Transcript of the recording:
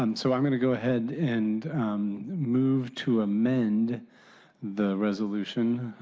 um so i mean go ahead and move to amend the resolution.